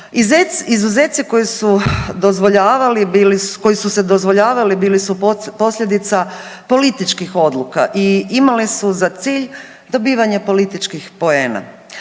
su, koji su se dozvoljavali, bili su posljedica političkih odluka i imale su za cilj dobivanje političkih poena,